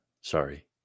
Sorry